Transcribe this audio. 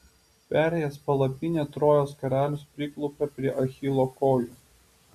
perėjęs palapinę trojos karalius priklaupia prie achilo kojų